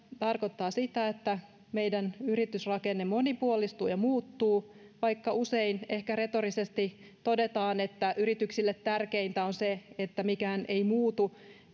tarkoittaa sitä että meidän yritysrakenne monipuolistuu ja muuttuu vaikka usein ehkä retorisesti todetaan että yrityksille tärkeintä on se että mikään ei muutu